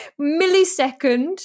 millisecond